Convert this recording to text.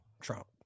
trump